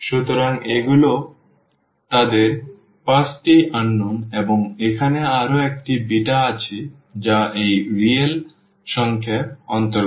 সুতরাং এগুলি তাদের 5 টি অজানা এবং এখানে আরও একটি বিটা আছে যা এই রিয়েল সংখ্যার অন্তর্গত